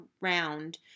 Round